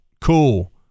cool